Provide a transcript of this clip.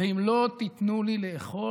ואם לא תיתנו לי לאכול,